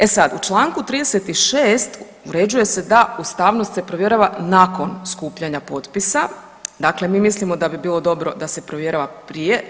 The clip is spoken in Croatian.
E sad, u Članku 36. uređuje se da ustavnost se provjerava nakon skupljanja potpisa, dakle mi mislimo da bi bilo dobro da se provjerava prije.